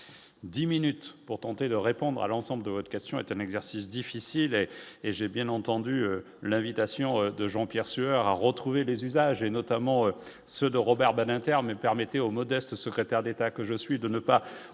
10 minutes pour tenter de répondre à l'ensemble de votre question est un exercice difficile et j'ai bien entendu l'invitation de Jean-Pierre Sueur a retrouvé des usagers, notamment ceux de Robert Badinter, mais permettez au modeste secrétaire d'État que je suis, de ne pas